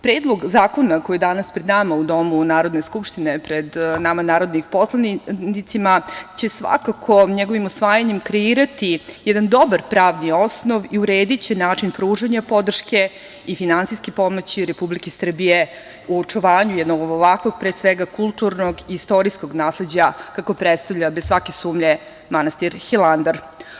Predlog zakona koji je danas pred nama u domu Narodne skupštine, pred nama narodnim poslanicima će svakako njegovim usvajanjem kreirati jedan dobar pravni osnov i urediće način pružanja podrške i finansijske pomoći Republike Srbije u očuvanju jednog ovakvog, pre svega, kulturnog i istorijskog nasleđa, kako predstavlja bez svake sumnje manastir Hilandar.